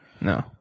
No